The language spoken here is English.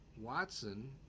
Watson